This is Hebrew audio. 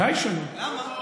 למה?